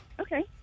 okay